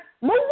move